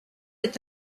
est